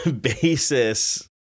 basis